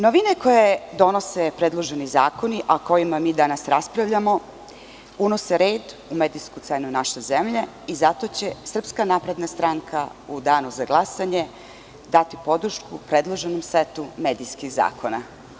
Novine koje donose predloženi zakoni, a o kojima mi danas raspravljamo, unose red u medijsku scenu naše zemlje i zato će SNS u danu za glasanje dati podršku predloženom setu medijskih zakona.